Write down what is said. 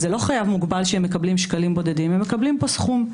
זה לא חייב מוגבל שהם מקבלים שקלים בודדים אלא הם מקבלים פה סכום,